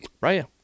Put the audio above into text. Right